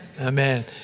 Amen